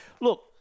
look